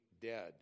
dead